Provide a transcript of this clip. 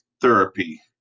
Therapy